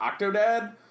Octodad